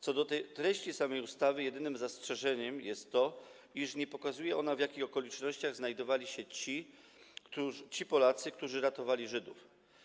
Co do treści samej ustawy jedynym zastrzeżeniem jest to, iż nie pokazuje ona, w jakich okolicznościach znajdowali się ci Polacy, którzy ratowali Żydów.